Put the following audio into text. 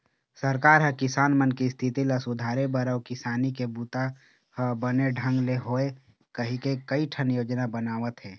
सरकार ह किसान मन के इस्थिति ल सुधारे बर अउ किसानी के बूता ह बने ढंग ले होवय कहिके कइठन योजना बनावत हे